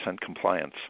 compliance